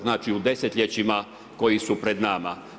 Znači, u desetljećima koji su pred nama.